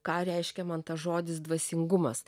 ką reiškia man tas žodis dvasingumas